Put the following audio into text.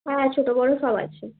হ্যাঁ ছোট বড় সব আছে